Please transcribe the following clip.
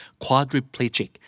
Quadriplegic